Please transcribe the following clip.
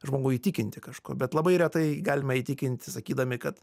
žmogų įtikinti kažkuo bet labai retai galima įtikint sakydami kad